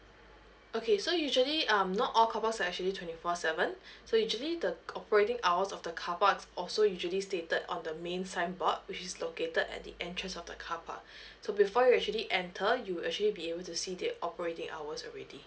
okay so usually um not all car parks are actually twenty four seven so usually the operating hours of the car park also usually stated on the main signboard which is located at the entrance of the car park so before you actually enter you will actually be able to see the operating hours already